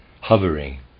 hovering